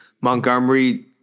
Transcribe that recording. Montgomery